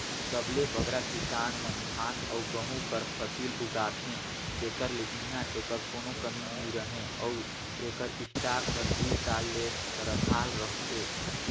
सबले बगरा किसान मन धान अउ गहूँ कर फसिल उगाथें तेकर ले इहां एकर कोनो कमी नी रहें अउ एकर स्टॉक हर दुई साल ले रखाल रहथे